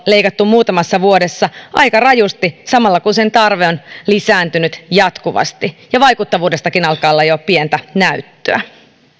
leikattu muutamassa vuodessa aika rajusti samalla kun sen tarve on lisääntynyt jatkuvasti ja vaikuttavuudestakin alkaa olla jo pientä näyttöä